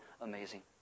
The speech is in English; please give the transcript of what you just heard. amazing